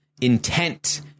intent